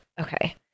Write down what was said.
Okay